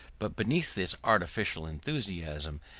but beneath this artificial enthusiasm,